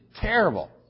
Terrible